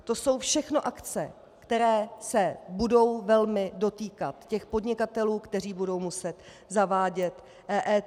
To jsou všechno akce, které se budou velmi dotýkat těch podnikatelů, kteří budou muset zavádět EET.